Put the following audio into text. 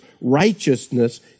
righteousness